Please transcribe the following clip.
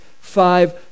five